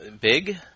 Big